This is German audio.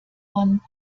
man